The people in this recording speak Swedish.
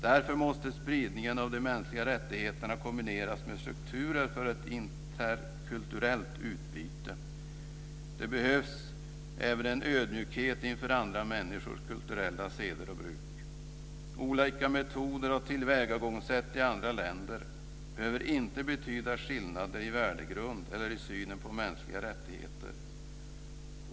Därför måste spridningen av de mänskliga rättigheterna kombineras med strukturer för ett interkulturellt utbyte. Det behövs även en ödmjukhet inför andra människors kulturella seder och bruk. Olika metoder och tillvägagångssätt i andra länder behöver inte betyda skillnader i värdegrund eller i synen på mänskliga rättigheter.